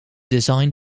design